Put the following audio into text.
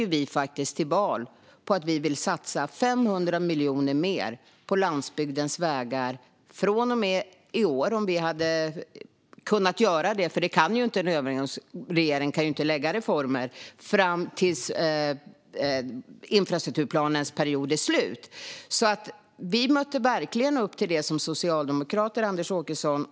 Vi gick faktiskt till val på att satsa 500 miljoner mer på landsbygdens vägar från och med i år, om vi hade kunnat göra det - en övergångsregering kan ju inte lägga fram reformer - fram tills infrastrukturplanens period är slut. Vi mötte verkligen upp detta som socialdemokrater, Anders Åkesson.